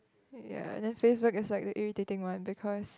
ya then Facebook is like the irritating one because